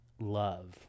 love